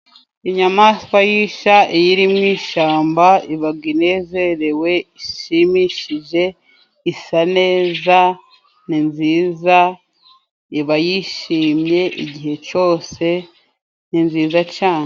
Inyamaswa y'isha iyo iri mu ishamba ibaga inezerewe, ishimishije, isa neza, ni nziza iba yishimye igihe cose, ni nziza cane.